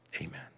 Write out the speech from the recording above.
Amen